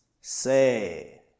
Say